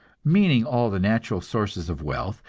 meaning all the natural sources of wealth,